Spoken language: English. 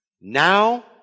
Now